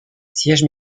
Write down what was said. siège